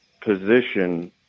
position